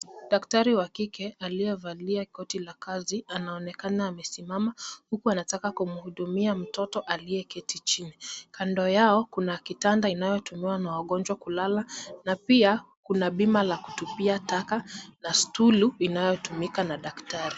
Daktari wa kike aliyevalia koti la kazi anaonekana amesimama huku anataka kumhudumia mtoto aliyeketi chini. Kando yao kuna kitanda inayotumiwa na wagonjwa kulala na pia kuna bima la kutupia taka la stulu inayotumika na daktari.